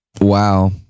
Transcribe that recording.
Wow